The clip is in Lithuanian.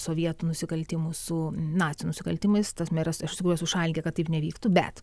sovietų nusikaltimų su nacių nusikaltimais tas meras iš tikrųjų šalininkė kad taip nevyktų bet